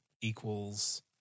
equals